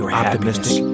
optimistic